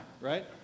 right